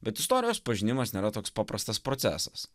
bet istorijos pažinimas nėra toks paprastas procesas